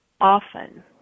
often